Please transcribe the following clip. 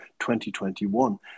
2021